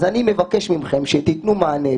אז אני מבקש מכם שתיתנו מענה.